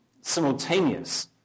simultaneous